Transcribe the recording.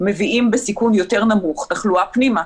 מביאים בסיכון יותר נמוך תחלואה פנימה.